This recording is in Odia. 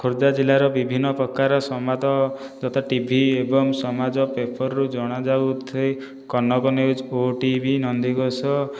ଖୋର୍ଦ୍ଧା ଜିଲ୍ଲାର ବିଭିନ୍ନ ପ୍ରକାର ସମ୍ବାଦ ଯଥା ଟିଭି ଏବଂ ସମାଜ ପେପରରୁ ଜଣାଯାଉଛି କନକ ନ୍ୟୁଜ ଓଟିଭି ନନ୍ଦିଘୋଷ